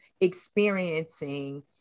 experiencing